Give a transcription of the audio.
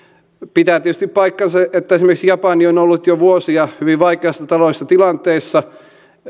pitää tietysti paikkansa että esimerkiksi japani on ollut jo vuosia hyvin vaikeassa taloudellisessa tilanteessa